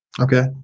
Okay